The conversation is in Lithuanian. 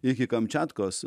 iki kamčiatkos